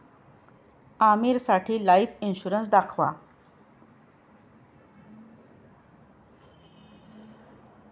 आमीरसाठी life insurance दाखवा